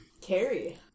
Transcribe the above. Carrie